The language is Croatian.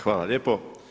Hvala lijepo.